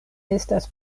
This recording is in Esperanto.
estas